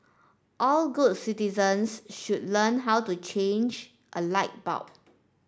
all good citizens should learn how to change a light bulb